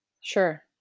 Sure